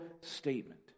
statement